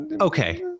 okay